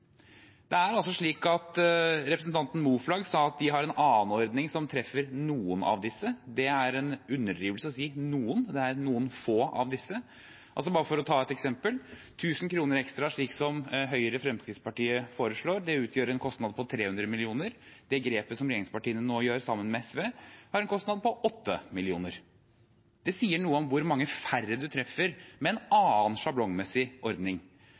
Representanten Moflag sa at de har en annen ordning som treffer noen av disse. Det er en overdrivelse å si «noen». Det er «noen få» av disse. Bare for å ta et eksempel: 1 000 kr ekstra, slik Høyre og Fremskrittspartiet foreslår, utgjør en kostnad på 300 mill. kr. Det grepet som regjeringspartiene nå gjør, sammen med SV, har en kostnad på 8 mill. kr. Det sier noe om hvor mange færre man treffer med en annen, sjablongmessig ordning.